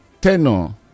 tenor